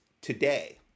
today